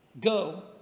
go